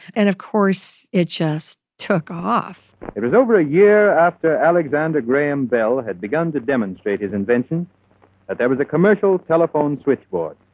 and of course, it just took off it was over a year after alexander graham bell had begun to demonstrate his invention that there was a commercial telephone switchboard.